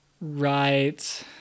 right